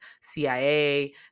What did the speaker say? CIA